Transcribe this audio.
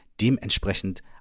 dementsprechend